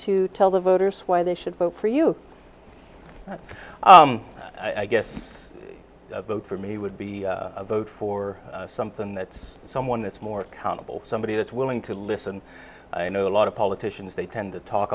to tell the voters why they should vote for you i guess vote for me would be a vote for something that's someone that's more accountable somebody that's willing to listen i know a lot of politicians they tend to talk